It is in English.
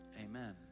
amen